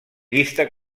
llista